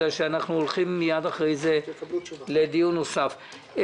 בגלל שאנחנו הולכים מיד אחרי זה לדיון נוסף.